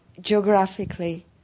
geographically